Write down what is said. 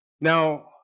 Now